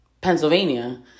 Pennsylvania